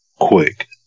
quick